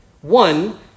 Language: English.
One